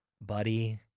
Buddy